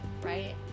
right